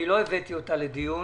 לא הבאתי אותה לדיון